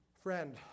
Friend